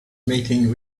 mating